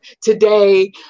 today